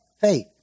faith